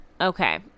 okay